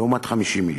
לעומת 50 מיליון.